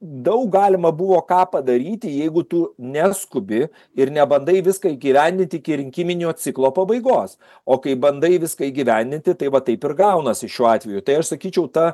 daug galima buvo ką padaryti jeigu tu neskubi ir nebandai viską įgyvendint iki rinkiminio ciklo pabaigos o kai bandai viską įgyvendinti tai va taip ir gaunasi šiuo atveju tai aš sakyčiau ta